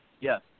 Yes